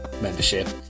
membership